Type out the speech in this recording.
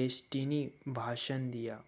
destiny भाषण दिया